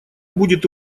будет